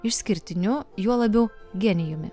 išskirtiniu juo labiau genijumi